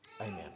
Amen